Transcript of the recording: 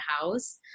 house